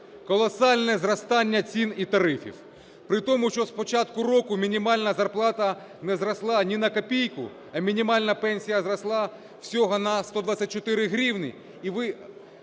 колосальне зростання цін і тарифів при тому, що з початку року мінімальна зарплата не зросла ні на копійку, а мінімальна пенсія зросла всього на 124 гривні